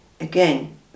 again